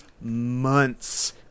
months